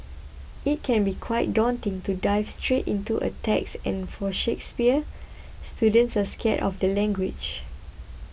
it can be quite daunting to dive straight into a text and for Shakespeare students are scared of the language